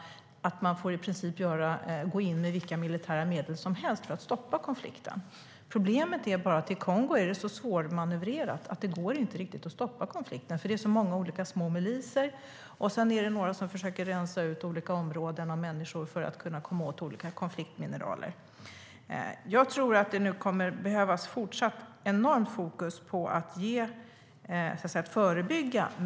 Man får i princip gå in med vilka militära medel som helst för att stoppa konflikten. Problemet är bara att det i Kongo är så svårmanövrerat att det inte riktigt går att stoppa konflikten. Det är så många olika små miliser. Sedan är det några som försöker rensa ut olika områden och människor för att kunna komma åt olika konfliktmineraler. Jag tror att det fortsatt kommer att behövas ett enormt fokus på att förebygga.